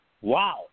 Wow